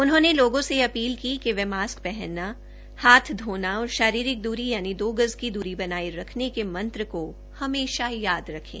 उन्होंने लोगों से अपील की कि वे मास्क पहनना हाथ धोना और शारीरिक दूरी यानि दो गज की दूरी बनाये रखने क मंत्री को हमेशा याद रखें